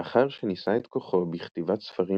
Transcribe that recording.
לאחר שניסה את כוחו בכתיבת ספרים